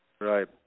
Right